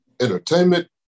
Entertainment